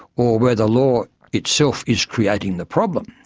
or where the law itself is creating the problem,